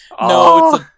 No